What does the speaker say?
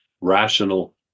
rational